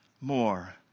more